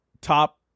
top